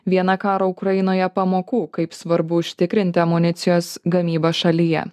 viena karo ukrainoje pamokų kaip svarbu užtikrinti amunicijos gamybą šalyje